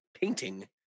painting